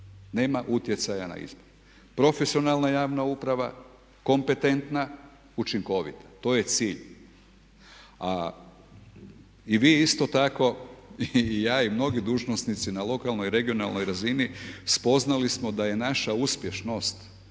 nema utjecaja na izbor. Profesionalna javna uprava, kompetentna, učinkovita, to je cilj. A i vi isto tako i mnogi dužnosnici na lokalnoj i regionalnoj razini spoznali smo da je naša uspješnost